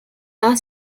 are